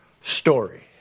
story